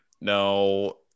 No